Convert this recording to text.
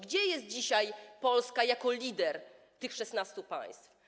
Gdzie jest dzisiaj Polska jako lider tych 16 państw?